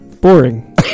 boring